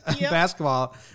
basketball